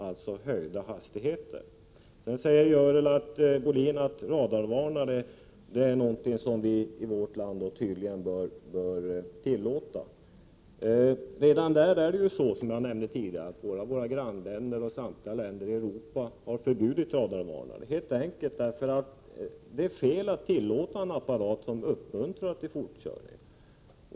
Görel Bohlin säger också att radarvarnare är något som vi i vårt land bör tillåta. Som jag nämnde tidigare har man i våra grannländer och i samtliga länder i Europa förbjudit radarvarnare, helt enkelt därför att det är fel att tillåta en apparat som uppmuntrar till fortkörning.